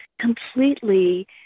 completely